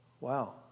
Wow